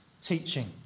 teaching